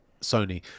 Sony